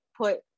put